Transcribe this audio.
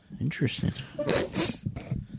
interesting